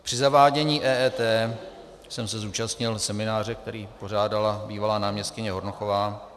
Při zavádění EET jsem se zúčastnil semináře, který pořádala bývalá náměstkyně Hornochová.